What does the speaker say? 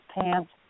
pants